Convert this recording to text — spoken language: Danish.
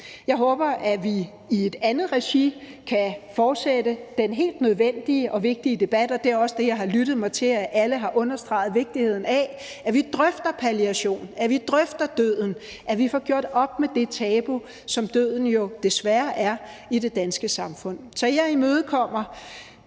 Jeg håber, at vi i et andet regi kan fortsætte den helt nødvendige og vigtige debat, og jeg har også lyttet mig til, at alle har understreget vigtigheden af, at vi drøfter palliation, at vi drøfter døden, at vi får gjort op med det tabu, som døden jo desværre er i det danske samfund. Så jeg imødekommer